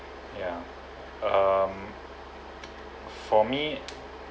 yeah um for me